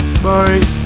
Bye